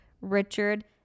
Richard